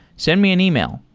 send me an email,